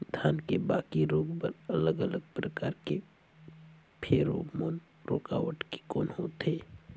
धान के बाकी रोग बर अलग अलग प्रकार के फेरोमोन रूकावट के कौन होथे?